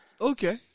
Okay